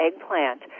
eggplant